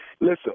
Listen